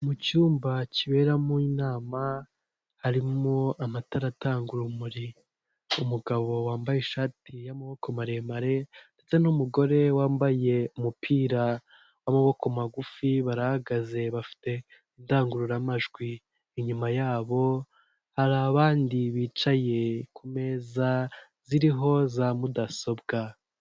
Mu cyumba kiberamo inama harimo amatara atanga urumuri, umugabo wambaye ishati y'amaboko maremare ndetse n'umugore wambaye umupira w'amaboko magufi barahagaze bafite indangururamajwi, inyuma yabo hari abandi bicaye ku meza ziriho za mudasobwa.